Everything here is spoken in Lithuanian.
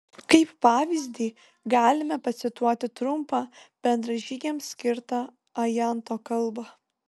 kaip pavyzdį galime pacituoti trumpą bendražygiams skirtą ajanto kalbą